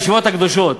הישיבות הקדושות,